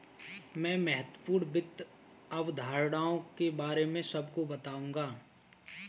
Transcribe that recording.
मैं महत्वपूर्ण वित्त अवधारणाओं के बारे में सबको बताऊंगा